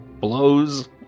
blows